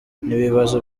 n’ibibazo